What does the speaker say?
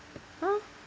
!huh!